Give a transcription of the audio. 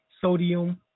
sodium